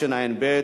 (פגישת אסיר עם עורך-דין),